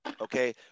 okay